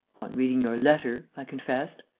on reading your letter, i confessed.